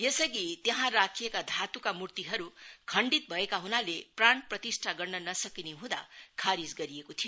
यसअघि त्यहाँ राखिएका धात्का मूर्तिहरू खण्डित भएका ह्नाले प्राण प्रतिष्ठा गर्न नसकिने हूँदा खारिज गरिएको थियो